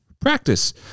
practice